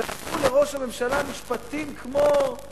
ואמרו לראש הממשלה משפטים כמו: